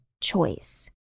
choice